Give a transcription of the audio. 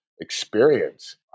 experience